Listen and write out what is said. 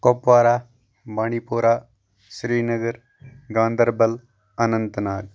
Kupwara Bandipora Srinagar Ganderbal اَنَنتہٕ Nag